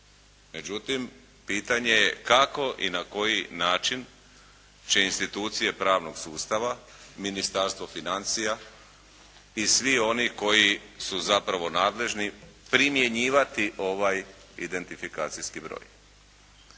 Međutim, pitanje je kako i na koji način će institucije pravnog sustava, Ministarstvo financija i svi oni koji su zapravo nadležni primjenjivati ovaj identifikacijski broj.